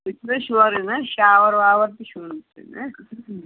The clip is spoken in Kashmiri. تُہُۍ دِیو مےٚ سورٕے نَہ شاوَر واوَر تہِ سورٕے تۄہہِ نا